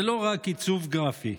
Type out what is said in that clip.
זה לא רק עיצוב גרפי,